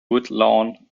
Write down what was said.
woodlawn